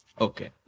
Okay